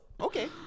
Okay